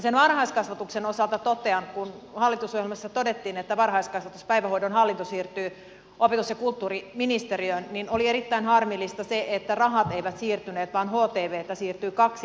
sen varhaiskasvatuksen osalta totean että kun hallitusohjelmassa todettiin että varhaiskasvatuksen ja päivähoidon hallinto siirtyy opetus ja kulttuuriministeriöön niin oli erittäin harmillista se että rahat eivät siirtyneet vaan htvitä siirtyi kaksi